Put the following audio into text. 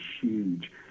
huge